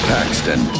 Paxton